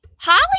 Holly